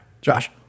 Josh